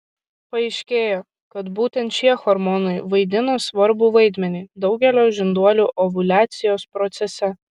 paaiškėjo kad būtent šie hormonai vaidina svarbų vaidmenį daugelio žinduolių ovuliacijos procese